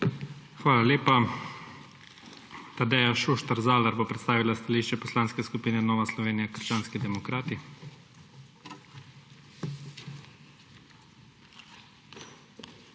Hvala lepa. Tadeja Šuštar Zalar bo predstavila stališče Poslanske skupine Nova Slovenija – krščanski demokrati.